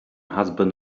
husband